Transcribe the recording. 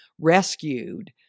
rescued